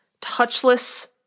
touchless